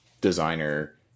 designer